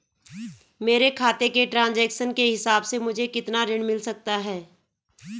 मेरे खाते के ट्रान्ज़ैक्शन के हिसाब से मुझे कितना ऋण मिल सकता है?